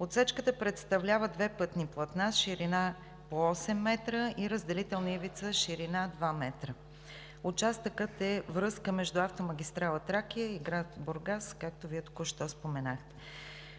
Отсечката представлява две пътни платна с ширина по 8 м и разделителна ивица с ширина 2 м. Участъкът е връзка между автомагистрала „Тракия“ и град Бургас, както Вие току-що споменахте.